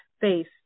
face